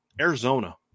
Arizona